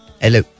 hello